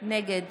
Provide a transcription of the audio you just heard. נגד